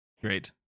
Great